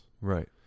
right